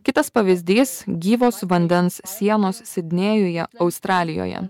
kitas pavyzdys gyvos vandens sienos sidnėjuje australijoje